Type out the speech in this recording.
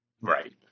Right